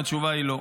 התשובה היא לא.